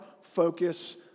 focus